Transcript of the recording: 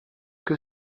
que